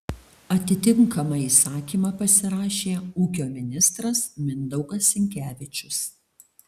atitinkamą įsakymą pasirašė ūkio ministras mindaugas sinkevičius